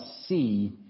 see